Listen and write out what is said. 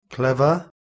Clever